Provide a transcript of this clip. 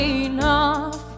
enough